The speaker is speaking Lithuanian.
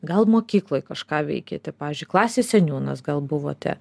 gal mokykloj kažką veikėte pavyzdžiui klasės seniūnas gal buvote